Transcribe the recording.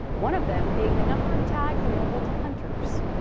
one of them being the number of tags available to hunters.